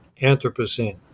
Anthropocene